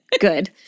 Good